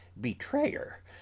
betrayer